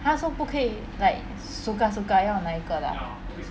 !huh! so 不可以 like suka suka 要拿一个的 ah